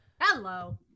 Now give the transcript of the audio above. Hello